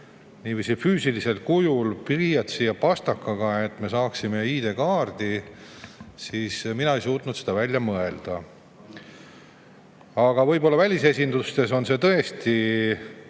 niiviisi füüsilisel kujul pliiatsi ja pastakaga, et me saaksime ID-kaardi, siis mina ei suutnud seda välja mõelda. Võib-olla välisesindustes on see tõesti